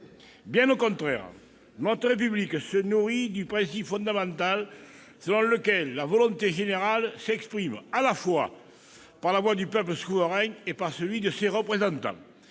Bien au contraire, notre République se nourrit du principe fondamental selon lequel la volonté générale s'exprime à la fois par la voix du peuple souverain et par celle de ses représentants.